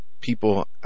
people